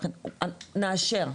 נאשר,